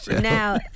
Now